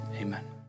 Amen